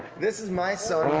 this is my son,